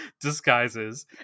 disguises